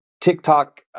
TikTok